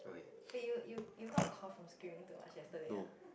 but you you you got a cough from screaming too much yesterday ah